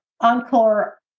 Encore